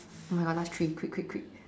oh my god last three quick quick quick